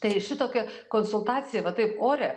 tai šitokia konsultacija va taip ore